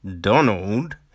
Donald